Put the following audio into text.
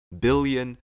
billion